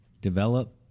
develop